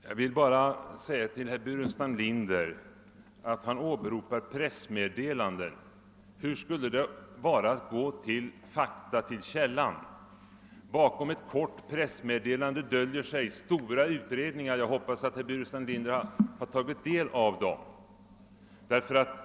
Herr talman! Herr Burenstam Linder åberopade SPK:s pressmeddelande, men hur vore det att i stället gå till källan? Bakom ett kort pressmeddelande döljer sig stora utredningar, som jag hoppas att herr Burenstam Linder har tagit del av.